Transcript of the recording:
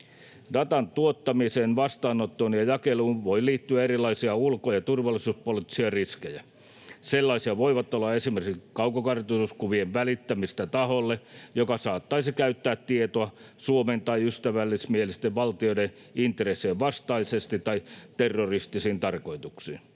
Datan tuottamiseen, vastaanottoon ja jakeluun voi liittyä erilaisia ulko- ja turvallisuuspoliittisia riskejä. Sellainen voi olla esimerkiksi kaukokartoituskuvien välittäminen taholle, joka saattaisi käyttää tietoa Suomen tai ystävällismielisten valtioiden intressien vastaisesti tai terroristisiin tarkoituksiin.